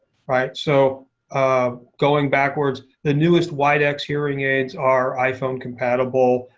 so um going backwards, the newest widex hearing aids are iphone compatible.